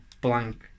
blank